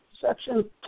Section